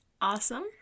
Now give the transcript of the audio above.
Awesome